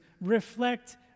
reflect